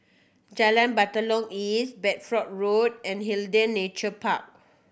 Jalan Batalong East Bedford Road and Nature Park